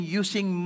using